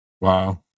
Wow